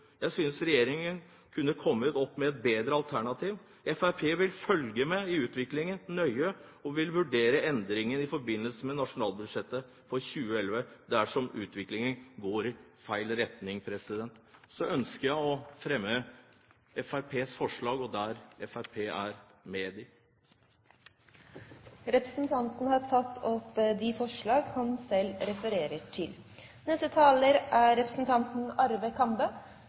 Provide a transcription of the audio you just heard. jeg synes regjeringen kunne ha kommet opp med et bedre alternativ. Fremskrittspartiet vil følge nøye med i utviklingen og vurdere endringer i forbindelse med nasjonalbudsjettet for 2011 dersom utviklingen går i feil retning. Så ønsker jeg å fremme Fremskrittspartiets forslag og det forslaget Fremskrittspartiet er med på. Representanten Ib Thomsen har tatt opp de forslag han